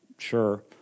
sure